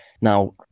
Now